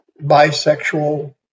bisexual